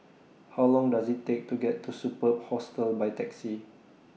How Long Does IT Take to get to Superb Hostel By Taxi